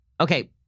Okay